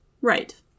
Right